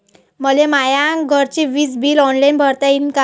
मले माया घरचे विज बिल ऑनलाईन भरता येईन का?